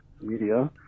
media